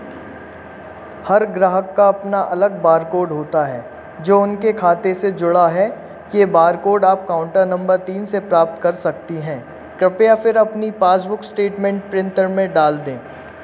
हर ग्राहक का अपना अलग बार कोड होता है जो उनके खाते से जुड़ा है यह बार कोड आप काउंटर नंबर तीन से प्राप्त कर सकती हैं कृपया फिर अपनी पासबुक स्टेटमेंट प्रिंतर में डाल दें